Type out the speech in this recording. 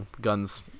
guns